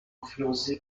influencé